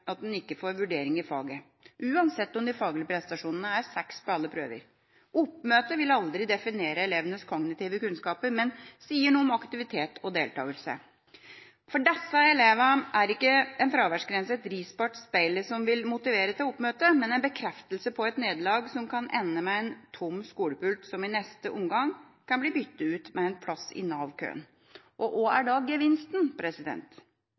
at en ikke får vurdering i faget, uansett om de faglige prestasjonene er 6 på alle prøver. Oppmøte vil aldri definere elevenes kognitive kunnskaper, men sier noe om aktivitet og deltakelse. For disse elevene er ikke en fraværsgrense et ris bak speilet som vil motivere til oppmøte, men en bekreftelse på et nederlag som kan ende med en tom skolepult, som i neste omgang kan bli byttet ut med en plass i Nav-køen. Hva er